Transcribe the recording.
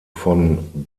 von